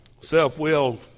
Self-will